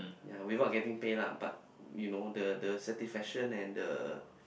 yea we won't getting paid lah but you know the the satisfaction and the